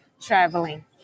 traveling